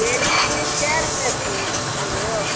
बेलीके फुल कए रुपे फुल किलो